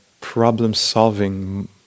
problem-solving